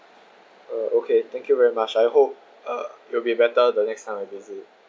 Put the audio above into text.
uh okay thank you very much I hope uh you will be better the next time I visit